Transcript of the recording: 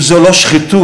אם זו לא שחיתות,